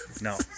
no